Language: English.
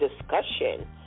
discussion